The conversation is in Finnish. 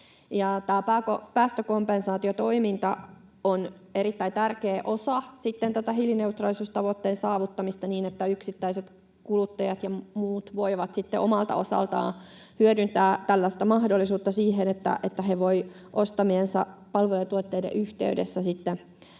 päästökompensaatiotoiminta on erittäin tärkeä osa tätä hiilineutraalisuustavoitteen saavuttamista, niin että yksittäiset kuluttajat ja muut voivat omalta osaltaan hyödyntää sitä mahdollisuutta, että he voivat ostamiensa palvelujen ja tuotteiden yhteydessä